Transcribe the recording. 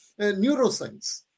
neuroscience